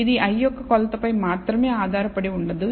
ఇది i యొక్క కొలతపై మాత్రమే ఆధారపడి ఉండదు